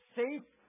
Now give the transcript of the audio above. safe